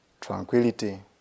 tranquility